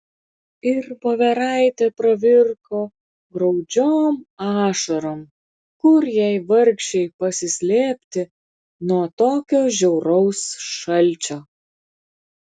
ir voveraitė pravirko graudžiom ašarom kur jai vargšei pasislėpti nuo tokio žiauraus šalčio